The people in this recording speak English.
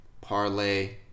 parlay